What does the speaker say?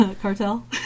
cartel